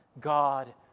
God